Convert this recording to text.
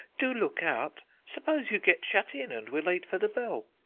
do look out suppose you get shut in and we're late for the bell?